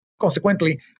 Consequently